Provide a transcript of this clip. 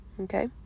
Okay